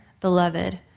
beloved